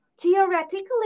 Theoretically